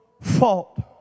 fault